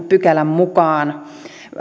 pykälän mukaan